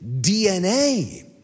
DNA